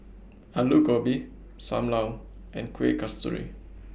Aloo Gobi SAM Lau and Kueh Kasturi